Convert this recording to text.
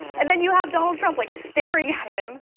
and then you have donald trump like staring at him,